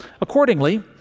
accordingly